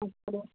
அப்படியா